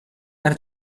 per